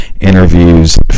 interviews